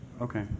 Okay